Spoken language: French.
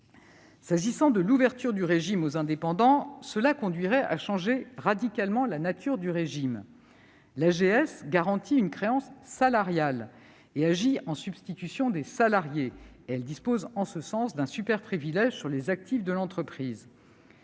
S'agissant de l'ouverture du régime aux indépendants, cela conduirait à changer radicalement sa nature. L'AGS garantit une créance salariale et agit en substitution des salariés. Elle dispose en ce sens d'un superprivilège sur les actifs de l'entreprise.